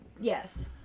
Yes